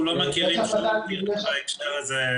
אנחנו לא מכירים שום פסק דין בהקשר הזה.